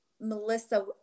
Melissa